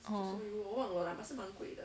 oh